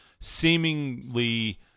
seemingly